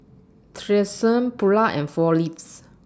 Tresemme Pura and four Leaves